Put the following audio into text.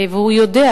והוא יודע